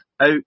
out